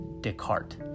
Descartes